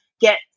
get